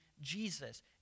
Jesus